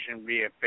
via